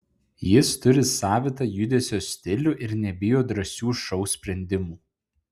jis turi savitą judesio stilių ir nebijo drąsių šou sprendimų